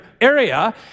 area